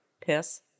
piss